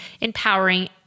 empowering